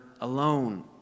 alone